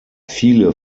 viele